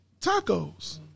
Tacos